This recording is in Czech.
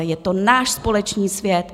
Je to náš společný svět.